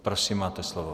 Prosím máte slovo.